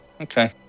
Okay